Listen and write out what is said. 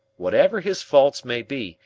whatever his faults may be,